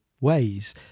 ways